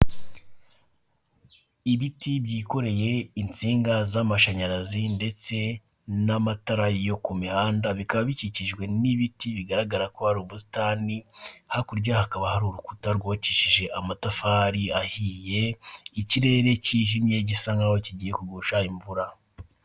Ibiti byikoreye insinga z'amashanyarazi, ndetse n'amatara yo ku imihanda. Bikaba bikikijwe n'ibiti. Bigaragara ko hari ubusitani, hakurya hakaba hari urukuta rwubakishije amatafari ahiye. Ikirere kijimye gisa nkaho kigiye kugusha imvura.